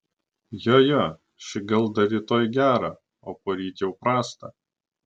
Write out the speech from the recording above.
jo jo ši gal dar rytoj gerą o poryt jau prastą